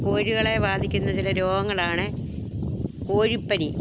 കോഴികളെ ബാധിക്കുന്ന ചില രോഗങ്ങളാണ് കോഴിപ്പനി